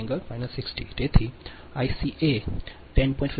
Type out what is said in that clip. એજ રીતે Ica હશે તેથી Ica 10